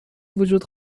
وجود